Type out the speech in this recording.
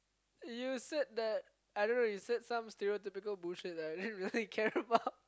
you said that I don't know you said some stereotypical bullshit that I didn't really care about